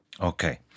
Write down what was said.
Okay